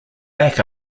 back